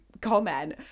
comment